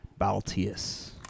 Baltius